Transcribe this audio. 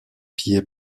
pillé